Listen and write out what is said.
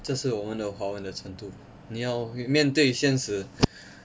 这是我们的华文的程度你要面对现实